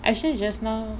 actually just now